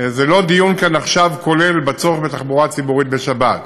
זה לא דיון כולל כאן עכשיו בצורך בתחבורה ציבורית בשבת.